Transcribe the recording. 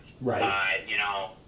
Right